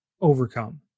overcome